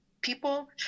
people